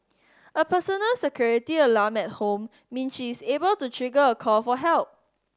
a personal security alarm at home means she is able to trigger a call for help